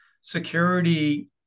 security